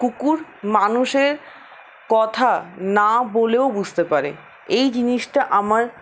কুকুর মানুষের কথা না বলেও বুঝতে পারে এই জিনিসটা আমার